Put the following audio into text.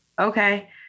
okay